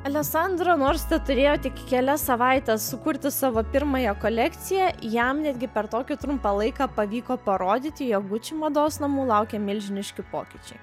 aleksandro nors teturėjo tik kelias savaites sukurti savo pirmąją kolekciją jam netgi per tokį trumpą laiką pavyko parodyti jo gucci mados namų laukia milžiniški pokyčiai